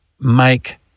make